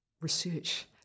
research